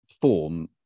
form